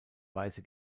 weiße